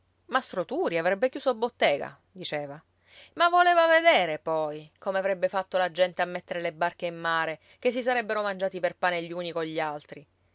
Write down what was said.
mastro turi avrebbe chiuso bottega diceva ma voleva vedere poi come avrebbe fatto la gente a mettere le barche in mare che si sarebbero mangiati per pane gli uni cogli altri